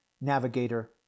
navigator